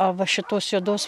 o va šitos juodos